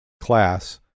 class